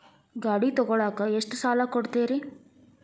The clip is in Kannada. ಗಾಡಿ ತಗೋಳಾಕ್ ಎಷ್ಟ ಸಾಲ ಕೊಡ್ತೇರಿ?